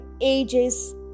ages